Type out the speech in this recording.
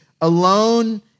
alone